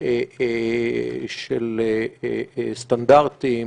של סטנדרטים,